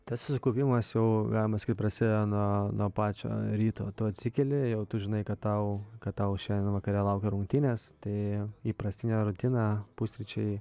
tas susikaupimas jau galima sakyt prasideda nuo nuo pačio ryto tu atsikeli jau tu žinai kad tau kad tau šiandien vakare laukia rungtynės tai įprastinė rutina pusryčiai